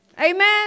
Amen